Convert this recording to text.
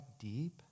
deep